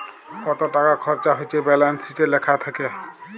কত টাকা খরচা হচ্যে ব্যালান্স শিটে লেখা থাক্যে